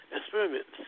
experiments